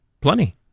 Plenty